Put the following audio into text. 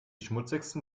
schmutzigsten